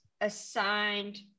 assigned